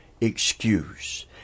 excuse